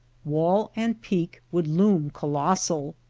wall and peak would loom colossal.